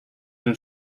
den